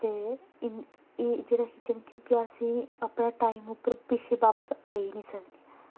ते एह् जेह्ड़ा खिच्चने क्योंकि असेंगी अपने टाईम उप्पर पिच्छें बापस आई निं सकने